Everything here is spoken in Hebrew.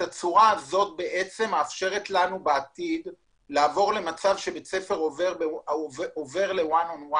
התצורה הזאת מאפשרת לנו בעתיד לעבור למצב שבית ספר עובר לאחד על אחד.